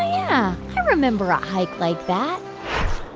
yeah, i remember a hike like that